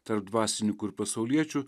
tarp dvasininkų ir pasauliečių